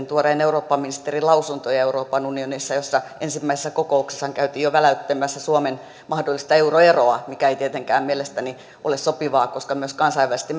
tuoreen eurooppaministerin lausuntoja euroopan unionissa jossa ensimmäisessä kokouksessa käytiin jo väläyttämässä suomen mahdollista euroeroa mikä ei tietenkään mielestäni ole sopivaa koska myös kansainvälisesti